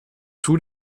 tous